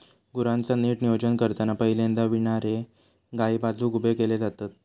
गुरांचा नीट नियोजन करताना पहिल्यांदा विणारे गायी बाजुक उभे केले जातत